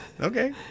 Okay